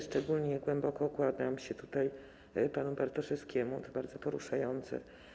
Szczególnie głęboko kłaniam się tutaj panu Bartoszewskiemu, było to bardzo poruszające.